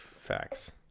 facts